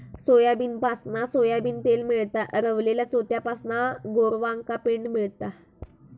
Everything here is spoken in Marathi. सोयाबीनपासना सोयाबीन तेल मेळता, रवलल्या चोथ्यापासना गोरवांका पेंड मेळता